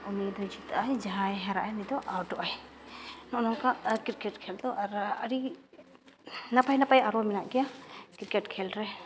ᱩᱱᱤᱫᱚ ᱡᱤᱛᱟᱹᱜᱼᱟᱭ ᱟᱨ ᱡᱟᱦᱟᱸᱭ ᱦᱟᱨᱟᱜᱼᱟᱭ ᱩᱱᱤᱫᱚ ᱟᱹᱣᱩᱴᱚᱜᱼᱟᱭ ᱱᱚᱜᱼᱱᱚᱝᱠᱟ ᱠᱨᱤᱠᱮᱴ ᱠᱷᱮᱞ ᱫᱚ ᱟᱨ ᱟᱹᱰᱤ ᱱᱟᱯᱟᱭ ᱱᱟᱯᱟᱭ ᱟᱨᱚ ᱢᱮᱱᱟᱜ ᱜᱮᱭᱟ ᱠᱨᱤᱠᱮᱹᱴ ᱠᱷᱮᱞ ᱨᱮ